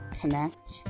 connect